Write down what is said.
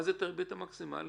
מה זה הריבית המקסימלית?